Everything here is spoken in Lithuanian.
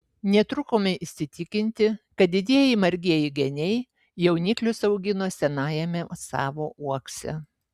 netrukome įsitikinti kad didieji margieji geniai jauniklius augino senajame savo uokse